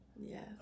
Yes